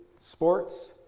sports